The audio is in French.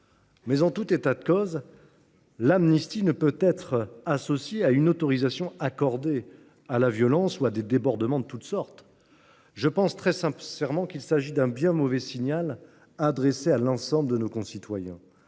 point. En tout état de cause, l’amnistie ne peut être associée à une autorisation accordée à la violence ou à des débordements de toutes sortes. Je pense très sincèrement que l’adoption de ce texte constituerait un bien mauvais signal adressé à l’ensemble de nos concitoyens